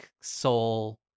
soul